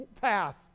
path